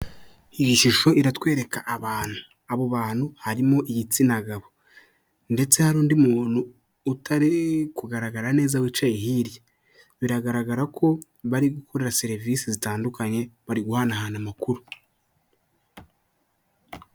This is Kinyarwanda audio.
Iyi shusho iratwereka abantu, abo bantu harimo igitsina gabo ndetse hari undi muntu utari kugaragara neza wicaye hirya, biragaragara ko bari gukora serivise zitandukanye, bari guhanahana amakuru.